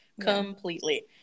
completely